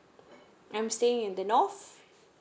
I'm staying in the north